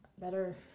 better